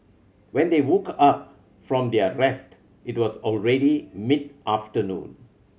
when they woke up from their rest it was already mid afternoon